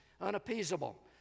unappeasable